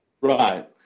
Right